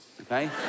Okay